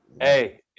Hey